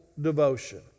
devotion